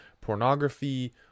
pornography